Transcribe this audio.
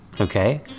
Okay